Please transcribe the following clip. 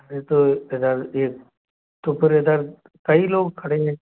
फिर तो इधर एक तो फिर इधर कई लोग खड़े हैं